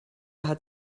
hatte